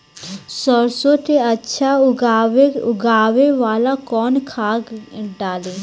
सरसो के अच्छा उगावेला कवन खाद्य डाली?